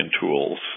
tools